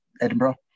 Edinburgh